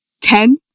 ten